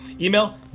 Email